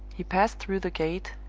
he passed through the gate,